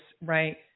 right